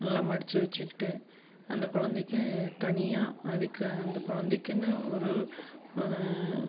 நல்லா மடித்து வச்சுக்கிட்டு அந்த குழந்தைக்கும் தனியாக அதுக்கு அந்த குழந்தைக்குன்னு ஒரு